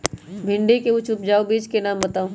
भिंडी के उच्च उपजाऊ बीज के नाम बताऊ?